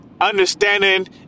understanding